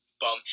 bum